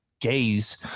gays